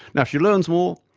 now, she learns more,